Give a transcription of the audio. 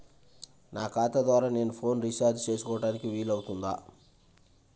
నా ఖాతా ద్వారా నేను ఫోన్ రీఛార్జ్ చేసుకోవడానికి వీలు అవుతుందా?